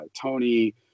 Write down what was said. Tony